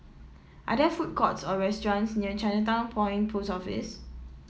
are there food courts or restaurants near Chinatown Point Post Office